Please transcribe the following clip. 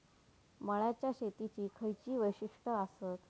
मळ्याच्या शेतीची खयची वैशिष्ठ आसत?